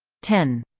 ten.